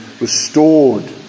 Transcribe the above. restored